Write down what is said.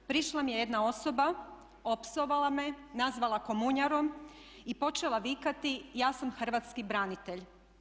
Prišla mi je jedna osoba, opsovala me, nazvala komunjarom i počela vikati "Ja sam hrvatski branitelj"